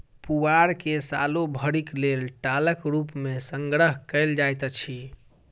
पुआर के सालो भरिक लेल टालक रूप मे संग्रह कयल जाइत अछि